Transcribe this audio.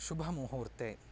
शुभमुहूर्ते